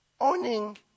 owning